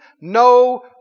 no